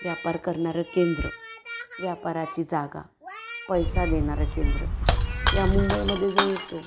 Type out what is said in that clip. व्यापार करणारं केंद्र व्यापाराची जागा पैसा देणारं केंद्र या मुंबईमध्ये जो येतो